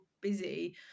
busy